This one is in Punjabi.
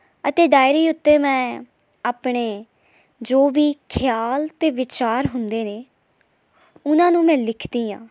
ਅਤੇ ਡਾਇਰੀ ਉੱਤੇ ਮੈਂ ਆਪਣੇ ਜੋ ਵੀ ਖਿਆਲ ਅਤੇ ਵਿਚਾਰ ਹੁੰਦੇ ਨੇ ਉਹਨਾਂ ਨੂੰ ਮੈਂ ਲਿਖਦੀ ਹਾਂ